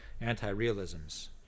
anti-realisms